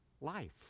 life